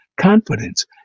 confidence